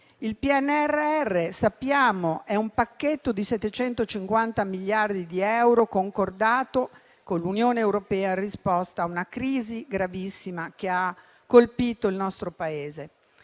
Il PNRR, lo sappiamo, è un pacchetto di 750 miliardi di euro concordato con l'Unione europea in risposta a una crisi gravissima che ha colpito il nostro Paese